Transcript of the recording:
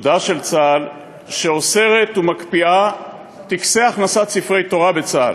פקודה של צה"ל שאוסרת ומקפיאה טקסי הכנסת ספרי תורה בצה"ל.